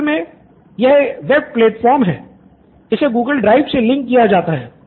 असल मे यह वेब प्लेटफ़ॉर्म पर है इसे गूगल ड्राइव से लिंक किया जा सकता है